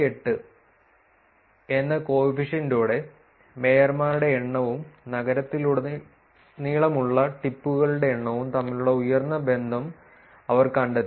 78 എന്ന കോഫിഫിഷ്യന്റോടെ മേയർമാരുടെ എണ്ണവും നഗരങ്ങളിലുടനീളമുള്ള ടിപ്പുകളുടെ എണ്ണവും തമ്മിലുള്ള ഉയർന്ന ബന്ധം അവർ കണ്ടെത്തി